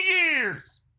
years